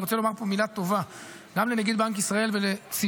אני רוצה לומר פה מילה טובה גם לנגיד בנק ישראל ולצוותו,